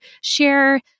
share